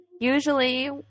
usually